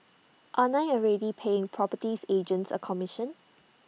aren't I already paying properties agents A commission